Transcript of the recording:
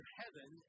heaven